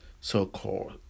so-called